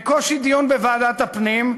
בקושי דיון בוועדת הפנים.